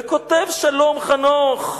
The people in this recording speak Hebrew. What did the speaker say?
וכותב שלום חנוך,